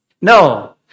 No